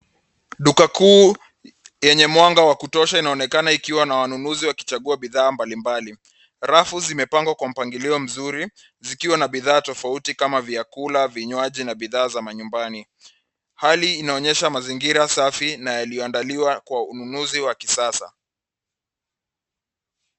Duka kuu yenye mwanga wa kutosha inaonekana ikiwa na wanunuzi wakichagua bidhaa mbalimbali. Rafu zimepangwa kwa mpangilio mzuri zikiwa na bidhaa tofauti kama vyakula, vinywaji na bidhaa za manyumbani. Hali hii inaonyesha mazingira safi na yalioandaliwa kwa ununuzi wa kisasa.